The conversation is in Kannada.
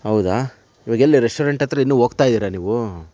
ಹೌದಾ ಇವಾಗೆಲ್ಲಿ ರೆಸ್ಟೋರೆಂಟ್ ಹತ್ರ್ ಇನ್ನೂ ಹೋಗ್ತಾ ಇದ್ದೀರ ನೀವು